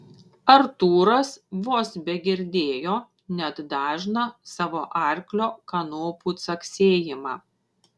artūras vos begirdėjo net dažną savo arklio kanopų caksėjimą